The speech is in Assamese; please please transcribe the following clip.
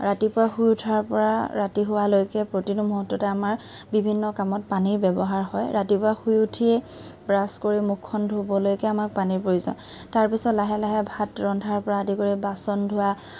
ৰাতিপুৱা শুই উঠাৰপৰা ৰাতি শুৱালৈকে প্ৰতিটো মুহূৰ্ততে আমাৰ বিভিন্ন কামত পানীৰ ব্যৱহাৰ হয় ৰাতিপুৱা শুই উঠিয়েই ব্ৰাছ কৰি মুখখন ধুবলৈকে আমাৰ পানীৰ প্ৰয়োজন তাৰপাছত লাহে লাহে ভাত ৰন্ধাৰপৰা আদি কৰি বাচন ধোৱা